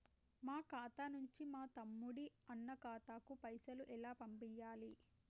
మా ఖాతా నుంచి మా తమ్ముని, అన్న ఖాతాకు పైసలను ఎలా పంపియ్యాలి?